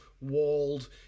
walled